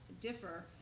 differ